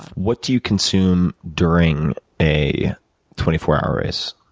what do you consume during a twenty four hour race?